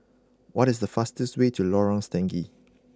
what is the fastest way to Lorong Stangee